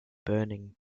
burning